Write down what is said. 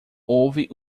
houve